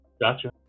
Gotcha